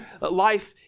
life